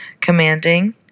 commanding